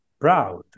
proud